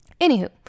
Anywho